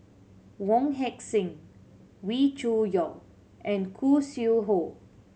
Wong Heck Sing Wee Cho Yaw and Khoo Sui Hoe